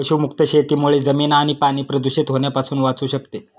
पशुमुक्त शेतीमुळे जमीन आणि पाणी प्रदूषित होण्यापासून वाचू शकते